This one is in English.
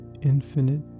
infinite